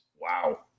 wow